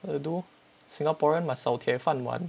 do orh singaporean must 找铁饭碗